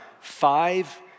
five